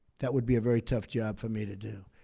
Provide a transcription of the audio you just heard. that would be a very tough job for me to do.